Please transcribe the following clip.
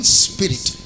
spirit